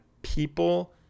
People